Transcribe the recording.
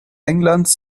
englands